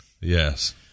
Yes